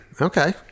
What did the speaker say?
Okay